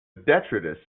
detritus